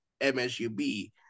MSUB